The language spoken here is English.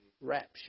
rapture